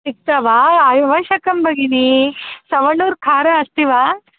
तथा वा अवश्यकं भगिनि समण्लूर् खार अस्ति वा